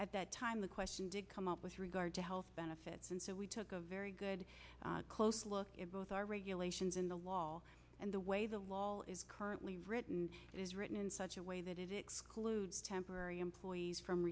at that time the question did come up with regard to health benefits and so we took a very good close look at both our regulations in the wall and the way the law is currently written is written in such a way that it excludes temporary employees from